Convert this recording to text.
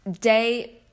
day